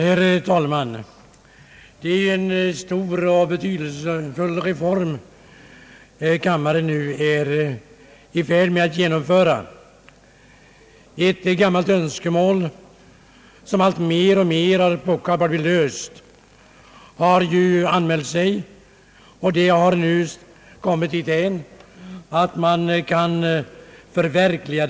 Herr talman! Det är en stor och betydelsefull reform som kammaren nu är i färd med att genomföra. Ett gammalt önskemål som allt mer och mer pockat på att bli tillgodosett är nu på väg att förverkligas.